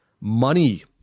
money